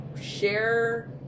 share